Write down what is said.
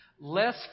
Less